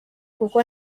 kuko